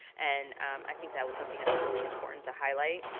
and i think that was something that was really important to highlight.